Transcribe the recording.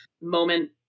moment